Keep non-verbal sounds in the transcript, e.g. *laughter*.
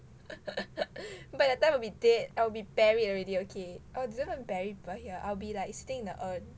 *laughs* by that time I will be dead I will be buried already okay um they don't even bury people here I'll be like sitting in the urn